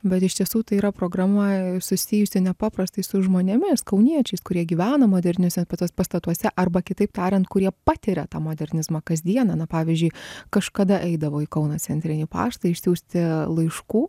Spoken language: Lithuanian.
bet iš tiesų tai yra programa susijusi nepaprastai su žmonėmis kauniečiais kurie gyvena moderniuose pastatuose arba kitaip tariant kurie patiria tą modernizmą kasdieną na pavyzdžiui kažkada eidavo į kauno centrinį paštą išsiųsti laiškų